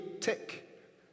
tick